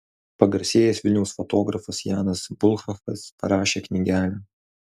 pagarsėjęs vilniaus fotografas janas bulhakas parašė knygelę